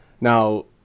now